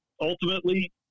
ultimately